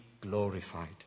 glorified